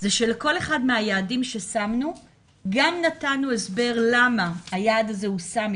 זה שלכל אחד מהיעדים ששמנו גם נתנו הסבר למה היעד הזה נקבע,